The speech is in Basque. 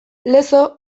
lezo